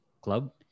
club